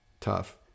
tough